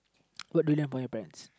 what do you learn about your parents